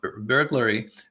burglary